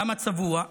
למה צבוע?